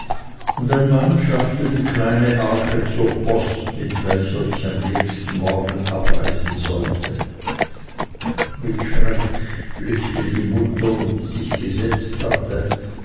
und ein mann schaffte die kleine arche zur post mit welcher ich am nächsten morgen abreisen sollte mit schreck blickte die mutter die sich gesetzt hatte